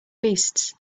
beasts